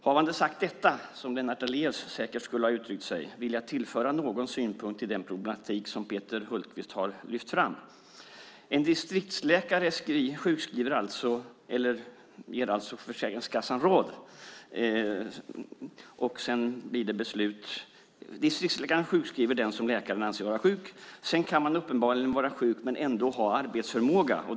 Havande sagt detta, som Lennart Daléus säkert skulle ha uttryckt sig, vill jag tillföra någon synpunkt till den problematik som Peter Hultqvist har lyft fram. Distriktsläkaren sjukskriver den som läkaren anser vara sjuk. Man kan uppenbarligen vara sjuk men ändå ha arbetsförmåga.